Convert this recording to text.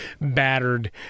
battered